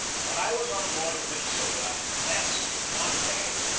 but i was on board the minnesota less than one day.